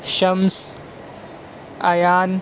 Shams Ayan